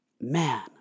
Man